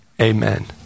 Amen